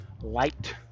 light